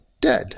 dead